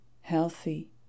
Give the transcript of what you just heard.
healthy